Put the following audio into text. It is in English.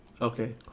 Okay